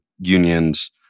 union's